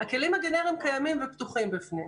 הכלים הגנריים קיימים ופתוחים בפניהם.